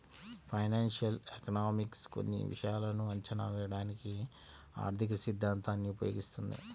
financial economics కొన్ని విషయాలను అంచనా వేయడానికి ఆర్థికసిద్ధాంతాన్ని ఉపయోగిస్తుంది